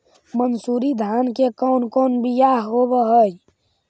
मनसूरी धान के कौन कौन बियाह होव हैं?